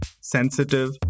sensitive